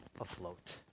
afloat